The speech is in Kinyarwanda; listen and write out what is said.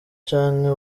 canke